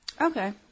Okay